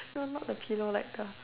no not the pillow like the